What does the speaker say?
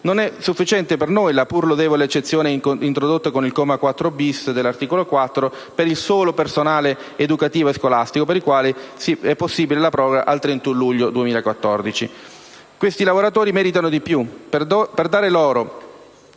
Non è sufficiente per noi la pur lodevole eccezione introdotta con il comma 4-*bis* dell'articolo 4 per il solo personale educativo e scolastico per il quale è possibile la proroga al 31 luglio 2014. Questi lavoratori meritano di più. Per dare loro